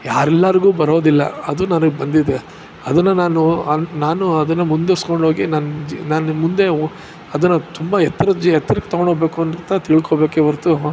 ಯಾರು ಎಲ್ಲರಿಗು ಬರೋದಿಲ್ಲ ಅದು ನನಗೆ ಬಂದಿದೆ ಅದನ್ನು ನಾನು ನಾನು ಅದನ್ನು ಮುಂದುವರ್ಸ್ಕೊಂಡೋಗಿ ನನ್ನ ಜಿ ನಾನು ಮುಂದೆ ಅದನ್ನು ತುಂಬ ಎತ್ತರ ಜಿ ಎತ್ರಕ್ಕೆ ತಗೊಂಡೋಗಬೇಕು ಅಂತ ತಿಳ್ಕೊಬೇಕೇ ಹೊರತು